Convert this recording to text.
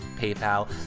PayPal